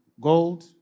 Gold